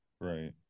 Right